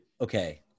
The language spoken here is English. okay